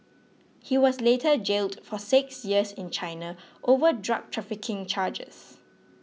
he was later jailed for six years in China over drug trafficking charges